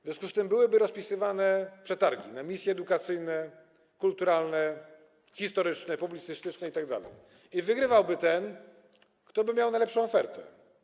W związku z tym byłyby rozpisywane przetargi na misje edukacyjne, kulturalne, historyczne, publicystyczne itd. i wygrywałby ten, kto miałby najlepszą ofertę.